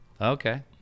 Okay